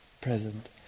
present